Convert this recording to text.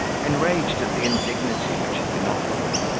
enraged at the indignity which had been offered them,